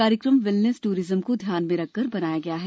कार्यक्रम wellness tourism को ध्यान में रखकर बनाया गया है